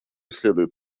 следует